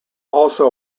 also